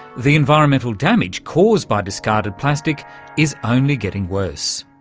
the environmental damage caused by discarded plastic is only getting worse.